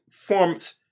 forms